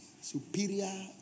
Superior